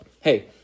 hey